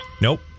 Nope